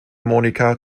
monica